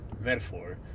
metaphor